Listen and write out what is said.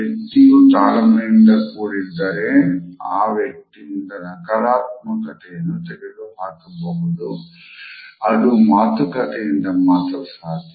ವ್ಯಕ್ತಿಯು ತಾಳ್ಮೆಯಿಂದ ಕೂಡಿದ್ದರೆ ಆ ವ್ಯಕ್ತಿಯಿಂದ ನಕಾರಾತ್ಮಕತ್ರ್ಯನ್ನು ತೆಗೆದುಹಾಕಬಹುದು ಅದು ಮಾತುಕತೆಯಿಂದ ಮಾತ್ರ ಸಾಧ್ಯ